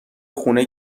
خونه